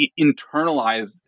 internalized